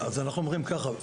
אנחנו אומרים כך: